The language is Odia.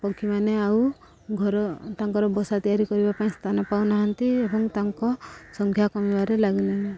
ପକ୍ଷୀମାନେ ଆଉ ଘର ତାଙ୍କର ବସା ତିଆରି କରିବା ପାଇଁ ସ୍ଥାନ ପାଉନାହାନ୍ତି ଏବଂ ତାଙ୍କ ସଂଖ୍ୟା କମିବାରେ ଲାଗଲାଣି